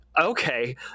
okay